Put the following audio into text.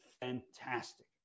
fantastic